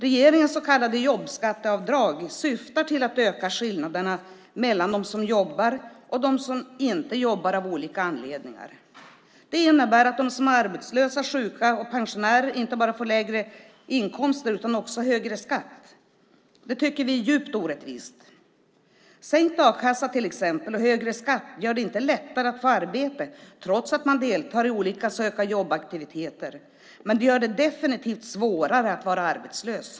Regeringens så kallade jobbskatteavdrag syftar till att öka skillnaderna mellan dem som jobbar och dem som av olika anledningar inte jobbar. Det innebär att de som är arbetslösa, sjuka och pensionärer inte bara får lägre inkomster utan också högre skatt. Det tycker vi är djupt orättvist. Sänkt a-kassa och högre skatt gör det inte lättare att få arbete trots att man deltar i olika söka-jobb-aktiviteter, men de gör det definitivt svårare att vara arbetslös.